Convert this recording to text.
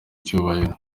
cyubahiro